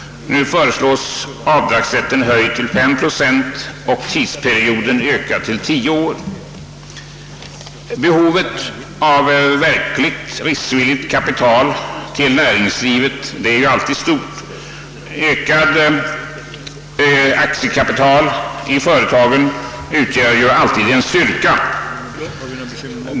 Nu föreslås avdragsrätten höjd till 5 procent under en tidsperiod på tio år. till näringslivet är alltid stort. Ökat aktiekapital i företagen utgör alltid en styrka.